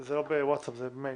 זה לא בווטסאפ, זה במייל.